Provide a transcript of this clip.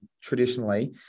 traditionally